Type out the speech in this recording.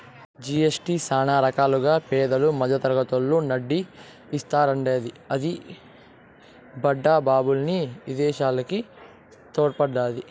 GST సానా రకాలుగా పేదలు, మద్దెతరగతోళ్ళు నడ్డి ఇరస్తాండాది, అది బడా బాబుల్ని ఇదేశాలకి తోల్తండాది